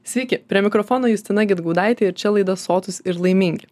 sveiki prie mikrofono justina gedgaudaitė ir čia laida sotūs ir laimingi